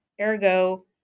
Ergo